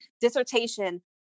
dissertation